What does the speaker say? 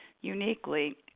uniquely